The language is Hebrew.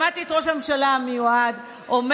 שמעתי את ראש הממשלה המיועד אומר: